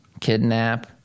kidnap